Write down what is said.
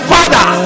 Father